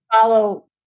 follow